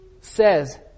says